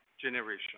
generation